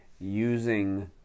using